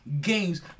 games